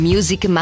Music